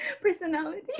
Personality